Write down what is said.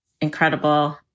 incredible